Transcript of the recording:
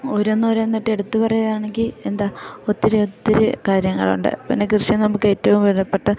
ഒരോന്നോരോന്നിട്ടെടുത്ത് പറയുകയാണെങ്കിൽ എന്താ ഒത്തിരി ഒത്തിരി കാര്യങ്ങളുണ്ട് പിന്നെ കൃഷി നമുക്കേറ്റവും വിലപ്പെട്ട